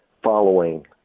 Following